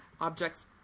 objects